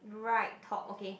right talk okay